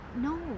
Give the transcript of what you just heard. no